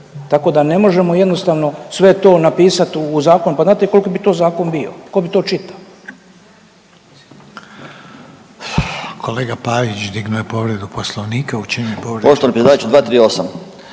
Tako da ne možemo jednostavno sve to napisat u zakon pa znate koliki bi to zakon bio, tko bi to čita.